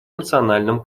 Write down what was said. национальном